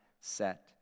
set